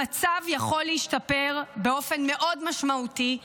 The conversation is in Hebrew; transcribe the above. המצב יכול להשתפר באופן מאוד משמעותי.